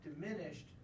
diminished